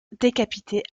décapiter